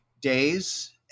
days